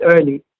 early